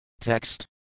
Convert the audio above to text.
Text